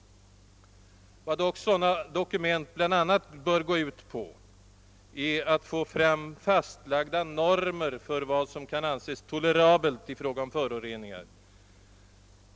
Sådana dokument bör dock bl.a. gå ut på att skaffa fram fastlagda normer för vad som kan anses tolerabelt i fråga om föroreningar.